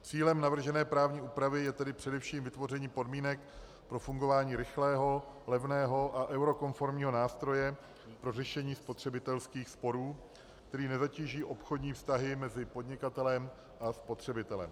Cílem navržené právní úpravy je tedy především vytvoření podmínek pro fungování rychlého, levného a eurokonformního nástroje pro řešení spotřebitelských sporů, který nezatíží obchodní vztahy mezi podnikatelem a spotřebitelem.